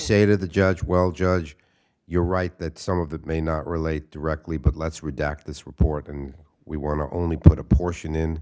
say to the judge well judge you're right that some of that may not relate directly but let's redact this report and we want to only put a portion in